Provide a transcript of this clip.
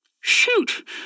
Shoot